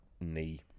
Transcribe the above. knee